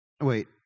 Wait